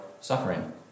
suffering